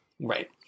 Right